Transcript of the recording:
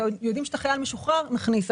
יודעים שאתה חייל משוחרר נכניס.